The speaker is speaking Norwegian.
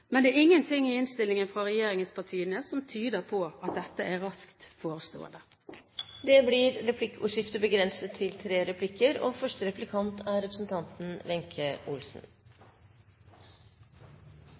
men det er ingenting i innstillingen fra regjeringspartiene som tyder på at dette er raskt forestående. Det blir replikkordskifte. Kristelig Folkeparti har jo tidligere vært tydelig på å skille mellom ideelle aktører og